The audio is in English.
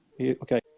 Okay